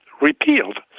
repealed